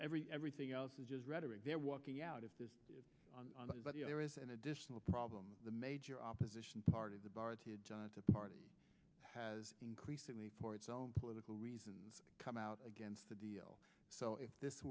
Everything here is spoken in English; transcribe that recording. every everything else is just rhetoric they're walking out of there is an additional problem the major opposition party the bar to the party has increasingly for its own political reasons come out against the deal so if this